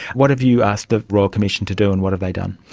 what have you asked the royal commission to do and what have they done?